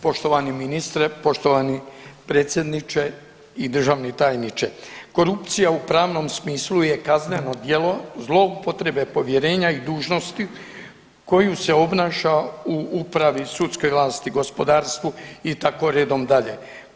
Poštovani ministre, poštovani predsjedniče i državni tajniče, korupcija u pravnom smislu je kazneno djelo zloupotrebe povjerenja i dužnosti koju se obnaša u upravi sudske vlasti, gospodarstvu i tako redom dalje.